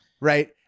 Right